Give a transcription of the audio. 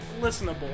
listenable